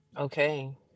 Okay